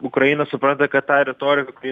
ukraina supranta kad ta retorika